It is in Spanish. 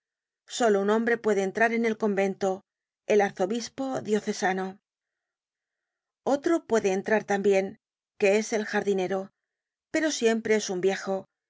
solo un hombre puede entrar en el convento el arzobispo diocesano otro puede entrar tambien que es el jardinero pero siempre es un viejo y